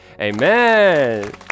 amen